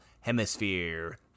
hemisphere